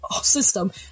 system